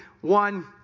One